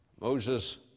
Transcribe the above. Moses